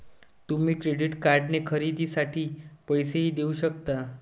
तुम्ही क्रेडिट कार्डने खरेदीसाठी पैसेही देऊ शकता